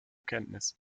kenntnis